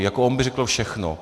Jako on by řekl všechno.